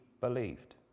believed